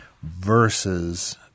versus